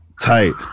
Tight